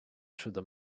through